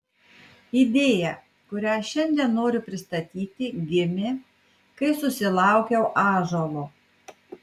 idėja kurią šiandien noriu pristatyti gimė kai susilaukiau ąžuolo